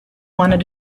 wanted